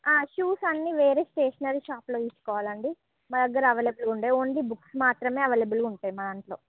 షూసండి వేరే స్టేషనరీ షాపులో తీసుకోవాలండి మా దగ్గర అవేలబుల్ ఉండదు ఓన్లీ బుక్సు మాత్రమే అవేలబుల్గా ఉంటాయి మా దాంట్లో